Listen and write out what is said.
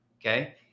okay